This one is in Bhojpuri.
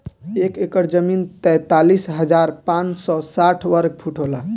एक एकड़ जमीन तैंतालीस हजार पांच सौ साठ वर्ग फुट होला